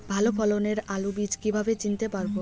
ভালো ফলনের আলু বীজ কীভাবে চিনতে পারবো?